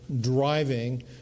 driving